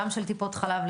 גם של טיפות חלב,